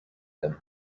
them